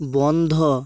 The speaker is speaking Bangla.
বন্ধ